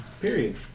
Period